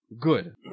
Good